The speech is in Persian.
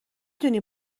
دونی